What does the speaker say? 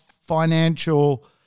financial